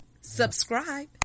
subscribe